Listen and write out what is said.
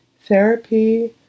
therapy